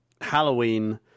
halloween